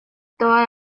toda